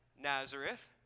Nazareth